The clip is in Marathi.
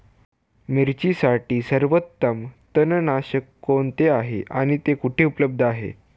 मिरचीसाठी सर्वोत्तम तणनाशक कोणते आहे आणि ते कुठे उपलब्ध आहे?